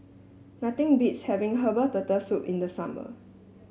nothing beats having Herbal Turtle Soup in the summer